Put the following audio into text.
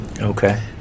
Okay